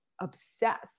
obsessed